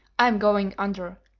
i am going under.